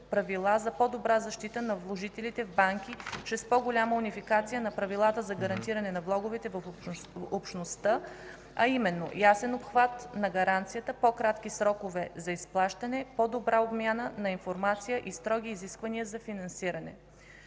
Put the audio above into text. правила за по-добра защита на вложителите в банки чрез по-голяма унификация на правилата за гарантиране на влоговете в Общността, а именно: ясен обхват на гаранцията, по кратки срокове за изплащане, по-добра обмяна на информация и строги изисквания за финансиране.